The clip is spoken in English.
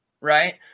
right